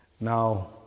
Now